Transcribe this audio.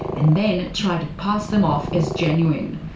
and then tried to pass them off as genuine.